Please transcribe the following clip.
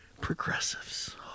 Progressives